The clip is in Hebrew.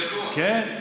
כן.